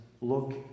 look